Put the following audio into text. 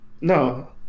No